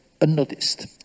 unnoticed